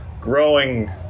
growing